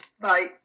Bye